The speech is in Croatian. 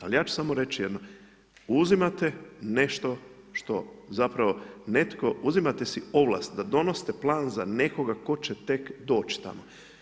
Ali, ja ću samo reći jedno, uzimate, nešto što zapravo netko, zapravo uzimate si ovlast, da donosite plan za nekoga tko će tek doći tamo.